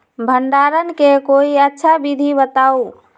भंडारण के कोई अच्छा विधि बताउ?